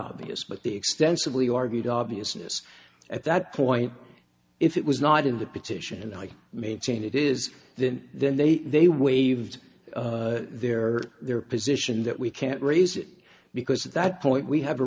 obvious but the extensively argued obviousness at that point if it was not in the petition and i maintain it is then then they they waived their their position that we can't raise it because at that point we have a